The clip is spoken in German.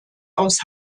aus